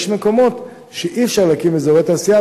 יש מקומות שאי-אפשר להקים בהם אזורי תעשייה.